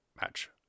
match